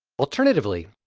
alternatively,